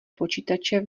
počítače